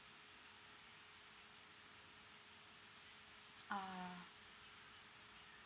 ah